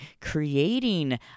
Creating